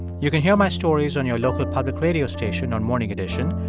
you can hear my stories on your local public radio station on morning edition.